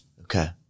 Okay